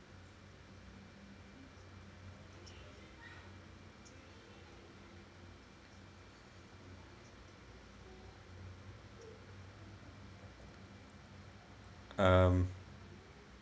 um